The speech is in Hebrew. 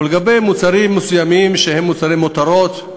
ובמוצרים מסוימים שהם מוצרי מותרות,